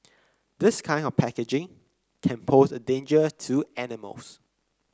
this kind of packaging can pose a danger to animals